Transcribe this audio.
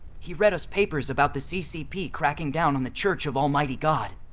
he read us papers about the ccp cracking down on the church of almighty god,